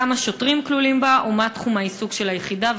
כמה שוטרים כלולים בה ומה תחום העיסוק של היחידה?